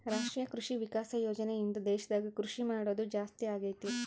ರಾಷ್ಟ್ರೀಯ ಕೃಷಿ ವಿಕಾಸ ಯೋಜನೆ ಇಂದ ದೇಶದಾಗ ಕೃಷಿ ಮಾಡೋದು ಜಾಸ್ತಿ ಅಗೈತಿ